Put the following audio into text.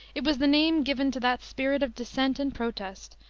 it was the name given to that spirit of dissent and protest,